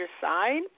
side